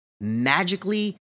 magically